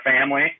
family